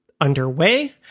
underway